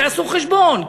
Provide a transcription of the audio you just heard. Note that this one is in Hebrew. תעשו חשבון,